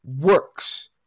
works